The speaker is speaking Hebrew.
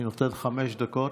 אני נותן חמש דקות.